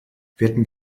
hätten